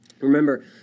Remember